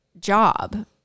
job